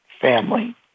family